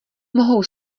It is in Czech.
mohou